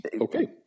Okay